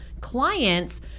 clients